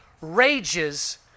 rages